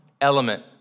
element